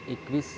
एकवीस